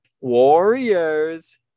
Warriors